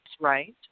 right